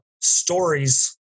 stories